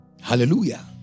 Hallelujah